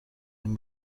این